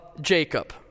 Jacob